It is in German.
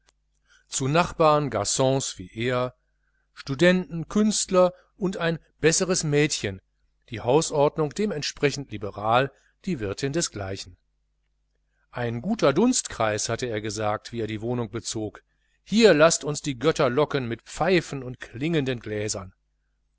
zu nachbarn garons wie er studenten künstler und ein besseres mädchen die hausordnung dementsprechend liberal die wirtin desgleichen ein guter dunstkreis hatte er gesagt wie er die wohnung bezog hier laßt uns die götter locken mit pfeifen und klingenden gläsern